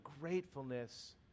gratefulness